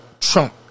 Trump